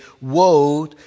woe